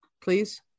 Please